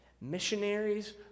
Missionaries